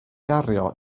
gario